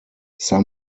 some